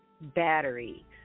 battery